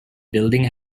building